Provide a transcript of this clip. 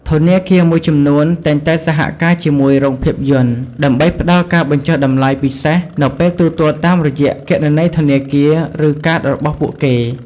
ធនាគារមួយចំនួនតែងតែសហការជាមួយរោងភាពយន្តដើម្បីផ្តល់ការបញ្ចុះតម្លៃពិសេសនៅពេលទូទាត់តាមរយៈគណនីធនាគារ ឬកាតរបស់ពួកគេ។